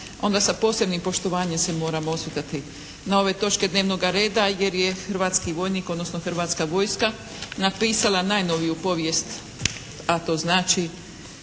onda sa posebnim poštovanjem se moramo osvrtati na ove točke dnevnoga reda jer je hrvatski vojnik, odnosno hrvatska vojska napisala najnoviju povijest, a to znači